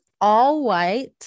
all-white